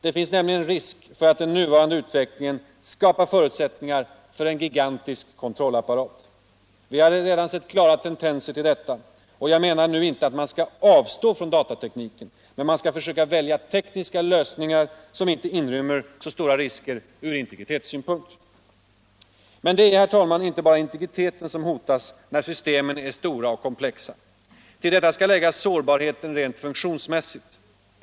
Det finns nämligen risk för att den nuvarande utvecklingen skapar förutsättningar för en gigantisk kontrollapparat. Vi har redan sett klara tendenser till detta. Jag menar nu inte att:man skall avstå från datatekniken, men man skall försöka välja tekniska lösningar som inte inrymmer så stora risker från integritetssynpunkt. Men det är, herr talman, inte bara integriteten som hotas när systemen o Allmänpolitisk debatt Allmänpolitisk debatt 100 är stora och komplexa. Till detta skall läggas sårbarheten rent funktionsmässigt.